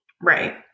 Right